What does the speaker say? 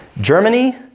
Germany